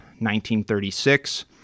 1936